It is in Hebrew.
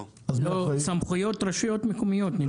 לא סמכות הרשויות המקומיות נדמה לי.